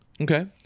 Okay